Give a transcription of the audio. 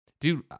Dude